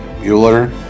Mueller